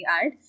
add